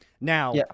Now